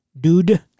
Dude